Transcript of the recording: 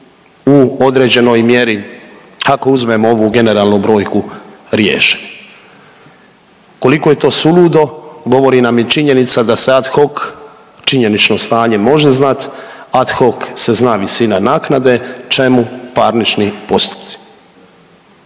u određenoj mjeri, ako uzmemo ovu generalnu brojku, riješeni. Koliko je to suludo govori nam i činjenica da se ad hoc činjenično stanje može znat, ad hoc se zna visina naknade, čemu parnični postupci.